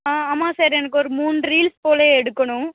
ஆ ஆமாம் சார் எனக்கு ஒரு மூணு ரீல்ஸ் போல் எடுக்கணும்